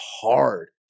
hard